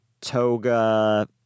toga